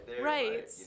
Right